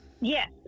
Yes